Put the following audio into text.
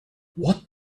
what